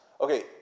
Okay